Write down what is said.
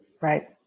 right